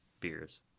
beers